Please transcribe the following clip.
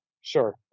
Sure